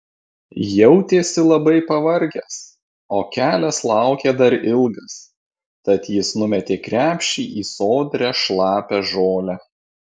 jautėsi labai pavargęs o kelias laukė dar ilgas tad jis numetė krepšį į sodrią šlapią žolę